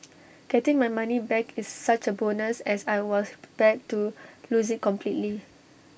getting my money back is such A bonus as I was prepared to lose IT completely